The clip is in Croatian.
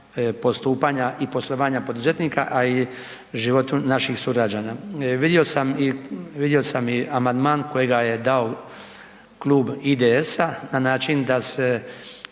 postupanja i poslovanja poduzetnika, a i životu naših sugrađana. Vidio sam i vidio sam i amandman kojega je dao Klub IDS-a na način da se